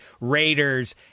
Raiders